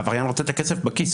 עבריין הרי רוצה את הכסף בכיס,